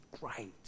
great